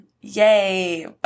Yay